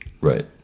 Right